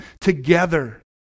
together